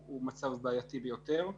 הוא מצב בעייתי ביותר.